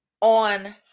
on